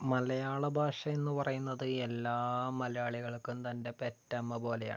മലയാള ഭാഷ എന്ന് പറയുന്നത് എല്ലാ മലയാളികൾക്കും തൻ്റെ പെറ്റമ്മ പോലെയാണ്